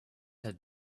had